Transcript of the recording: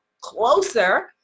closer